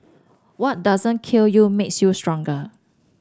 what doesn't kill you makes you stronger